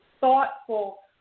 thoughtful